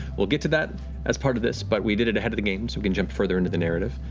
we'll get to that as part of this, but we did it ahead of the game, so we can jump further into the narrative.